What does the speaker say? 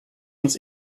uns